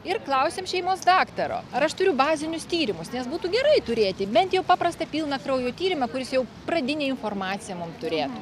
ir klausiam šeimos daktaro ar aš turiu bazinius tyrimus nes būtų gerai turėti bent jau paprastą pilną kraujo tyrimą kuris jau pradinę informaciją mum turėtu